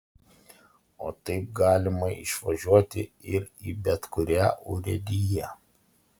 o taip galima išvažiuoti ir į bet kurią urėdiją